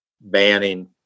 banning